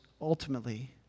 ultimately